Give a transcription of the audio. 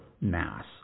mass